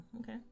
okay